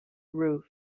roof